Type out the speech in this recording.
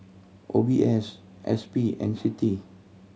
O B S S P and CITI